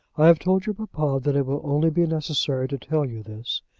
i have told your papa that it will only be necessary to tell you this,